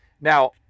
now